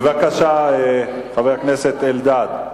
בבקשה, חבר הכנסת אלדד.